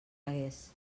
hagués